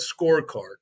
Scorecard